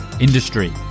industry